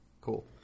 Cool